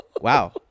Wow